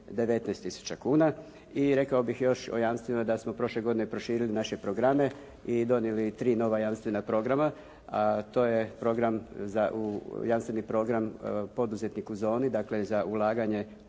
tisuća kuna. I rekao bih još o jamstvima da smo prošle godine proširili naše programe i donijeli tri nova jamstvena programa, a to je program, jamstveni program poduzetnik u zoni, dakle za ulaganje